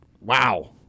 wow